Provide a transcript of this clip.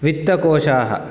वित्तकोशाः